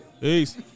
Peace